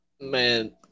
Man